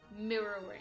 mirroring